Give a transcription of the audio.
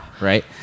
Right